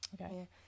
Okay